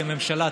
כממשלה,